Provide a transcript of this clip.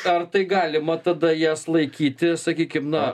ar tai galima tada jas laikyti sakykim na